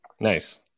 Nice